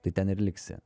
tai ten ir liksi